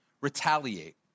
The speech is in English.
retaliate